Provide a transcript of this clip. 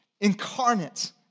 incarnate